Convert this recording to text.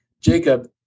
Jacob